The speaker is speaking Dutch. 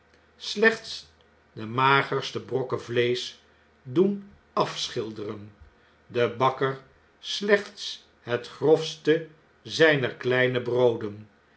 slechts de magerste brokken vleesch doen afschilderen de bakker slechts het grofste zper kleine brooden